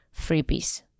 freebies